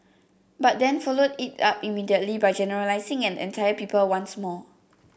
but then followed it up immediately by generalising an entire people once more